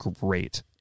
great